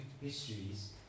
histories